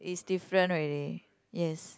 is different already yes